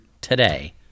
today